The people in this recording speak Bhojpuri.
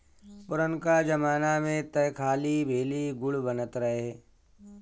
पुरनका जमाना में तअ खाली भेली, गुड़ बनत रहे